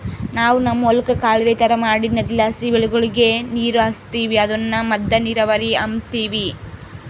ನಾವು ನಮ್ ಹೊಲುಕ್ಕ ಕಾಲುವೆ ತರ ಮಾಡಿ ನದಿಲಾಸಿ ಬೆಳೆಗುಳಗೆ ನೀರು ಹರಿಸ್ತೀವಿ ಅದುನ್ನ ಮದ್ದ ನೀರಾವರಿ ಅಂಬತೀವಿ